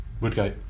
Woodgate